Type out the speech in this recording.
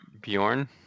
Bjorn